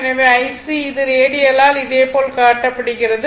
எனவே IC இது ரேடியலால் இதேபோல் காட்டப்படுகிறது